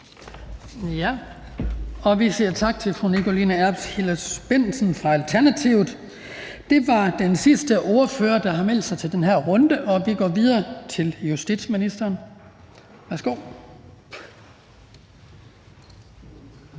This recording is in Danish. Vi siger tak til fru Nikoline Erbs Hillers-Bendtsen fra Alternativet. Det var den sidste ordfører, der havde meldt sig, så vi går videre til justitsministeren. Værsgo.